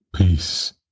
Peace